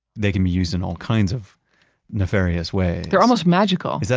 they can be used in all kinds of nefarious way they're almost magical yeah